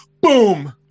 boom